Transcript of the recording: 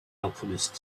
alchemist